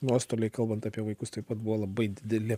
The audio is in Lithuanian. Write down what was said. nuostoliai kalbant apie vaikus taip pat buvo labai dideli